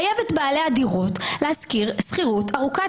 לחייב את בעלי הדירות להשכיר שכירות ארוכת